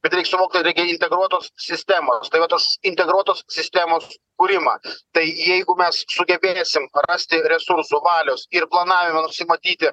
bet reik suvokt kad reikia integruotos sistemostai vat aš integruotos sistemos kūrimą tai jeigu mes sugebėsim rasti resursų valios ir planavime nusimatyti